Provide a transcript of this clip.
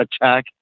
attack